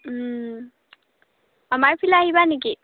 আমাৰ ফালে আহিবা নেকি